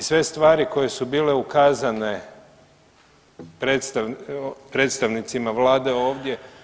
I sve stvari koje su bile ukazane predstavnicima Vlade ovdje